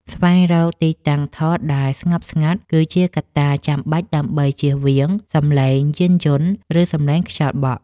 ស្វែងរកទីតាំងថតដែលស្ងប់ស្ងាត់គឺជាកត្តាចាំបាច់ដើម្បីចៀសវាងសំឡេងយានយន្ត ឬ សំឡេងខ្យល់បក់។